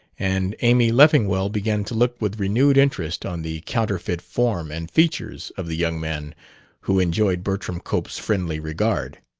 and amy leffingwell began to look with renewed interest on the counterfeit form and features of the young man who enjoyed bertram cope's friendly regard.